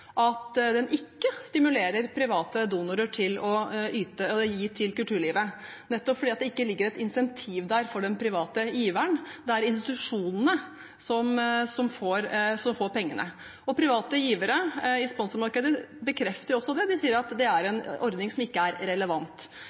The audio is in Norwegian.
at den ikke stimulerer private donorer til å gi til kulturlivet, nettopp fordi det ikke ligger et incentiv der for den private giveren. Det er institusjonene som får pengene. Private givere i sponsormarkedet bekrefter også dette. De sier at det er en ordning som ikke er relevant.